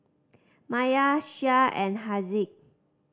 Maya Shah and Haziq